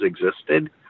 existed